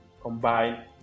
combine